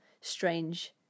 strange